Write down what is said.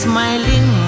Smiling